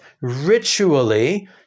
ritually